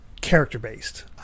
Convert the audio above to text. character-based